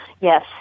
Yes